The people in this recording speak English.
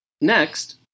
Next